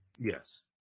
Yes